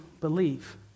believe